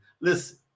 Listen